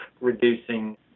reducing